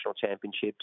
championships